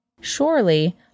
Surely